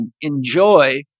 Enjoy